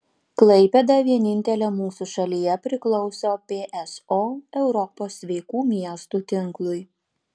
klaipėda vienintelė mūsų šalyje priklauso pso europos sveikų miestų tinklui